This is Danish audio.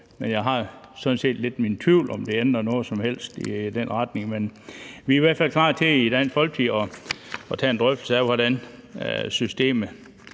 Men jeg har sådan set lidt min tvivl om, om det ændrer på noget som helst i den retning. Men vi er i Dansk Folkeparti i hvert fald klar til at tage en drøftelse af, hvordan systemet